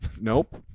Nope